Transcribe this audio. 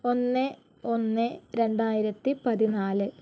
ഒന്ന് ഒന്ന് രണ്ടായിരത്തിപ്പതിനാല്